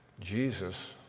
Jesus